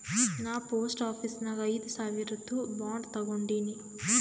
ನಾ post office ನಾಗ್ ಐಯ್ದ ಸಾವಿರ್ದು ಬಾಂಡ್ ತಗೊಂಡಿನಿ